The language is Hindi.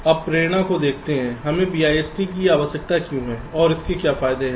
अब प्रेरणा को देखते हैं हमें BIST की आवश्यकता क्यों है और इसके क्या फायदे हैं